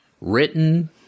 written